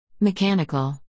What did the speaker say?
Mechanical